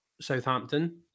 Southampton